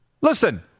Listen